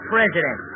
President